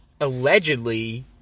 allegedly